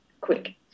quick